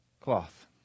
cloth